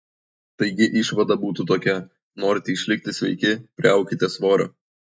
taigi išvada būtų tokia norite išlikti sveiki priaukite svorio